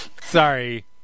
Sorry